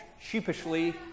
sheepishly